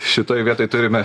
šitoj vietoj turime